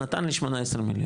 זה נתן לי 18 מיליון.